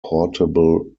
portable